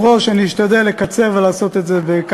אני כבר מסיים.